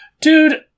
dude